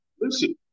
Listen